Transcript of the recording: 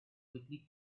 quickly